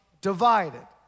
divided